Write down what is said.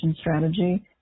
strategy